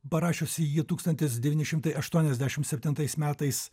parašiusi ji tūkstantis devyni šimtai aštuoniasdešimt septintais metais